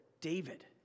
David